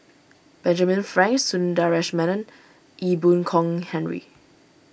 Benjamin Frank Sundaresh Menon Ee Boon Kong Henry